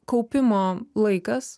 kaupimo laikas